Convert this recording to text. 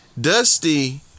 Dusty